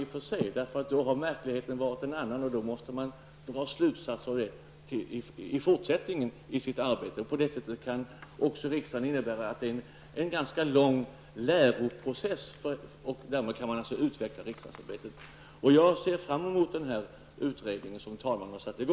Då var verkligheten inte vad man kunde vänta sig, och då måste man dra slutsatser därav i det fortsatta arbetet. På det sättet kan riksdagsarbetet innebära en ganska lång läroprocess. Men därmed kan riksdagsarbetet utvecklas. Jag ser fram emot den utredning som talmannen har tillsatt.